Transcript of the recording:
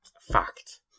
Fact